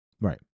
Right